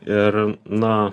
ir na